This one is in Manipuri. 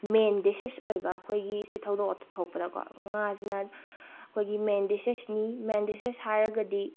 ꯃꯦꯟ ꯗꯤꯁꯁꯤꯁ ꯑꯣꯏꯕ ꯑꯩꯈꯣꯏꯒꯤ ꯁꯤ ꯊꯧꯗꯣꯛ ꯋꯥꯊꯣꯛ ꯊꯣꯛꯄꯗꯀꯣ ꯉꯥꯁꯤꯅ ꯑꯩꯈꯣꯏꯒꯤ ꯃꯦꯟ ꯗꯤꯁꯤꯁꯅꯤ ꯃꯦꯟ ꯗꯤꯁꯤꯁ ꯍꯥꯏꯔꯒꯗꯤ